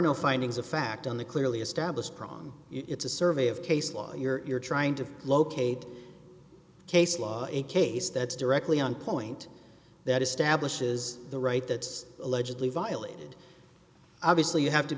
no findings of fact on the clearly established prong it's a survey of case law you're trying to locate case law a case that's directly on point that establishes the right that's allegedly violated obviously you have to